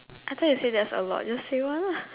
I thought you say a lot just say one lah